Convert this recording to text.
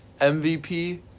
MVP